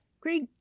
Greg